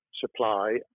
supply